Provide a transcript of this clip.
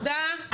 אוקיי, תודה.